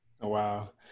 wow